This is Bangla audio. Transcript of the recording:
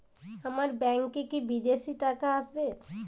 আমার ব্যংকে কি বিদেশি টাকা আসবে?